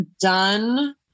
done